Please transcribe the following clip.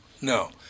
No